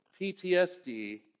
PTSD